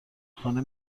خانه